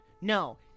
No